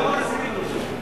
אני מוכן לוותר על כל הסעיפים.